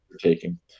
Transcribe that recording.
taking